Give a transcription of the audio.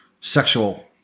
sexual